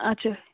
اچھا